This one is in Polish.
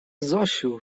zosiu